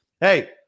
Hey